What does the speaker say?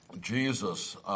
Jesus